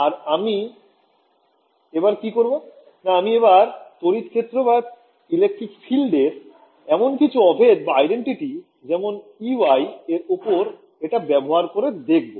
আর আমি এবার কি করব না আমি এবার তড়িৎ ক্ষেত্রের এমন কিছু অভেদের যেমন Ey এর ওপর এটা ব্যবহার করে দেখবো